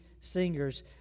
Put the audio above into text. singers